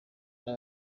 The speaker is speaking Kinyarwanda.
hari